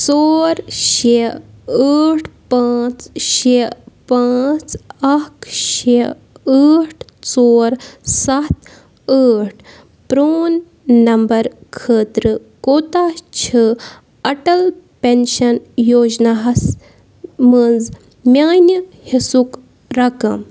ژور شےٚ ٲٹھ پانٛژھ شےٚ پانٛژھ اَکھ شےٚ ٲٹھ ژور سَتھ ٲٹھ پرٛون نَمبَر خٲطرٕ کوتاہ چھِ اَٹل پؠنشَن یوجناہَس منٛز میٛانہِ حِصُک رَقَم